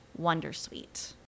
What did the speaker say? Wondersuite